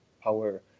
power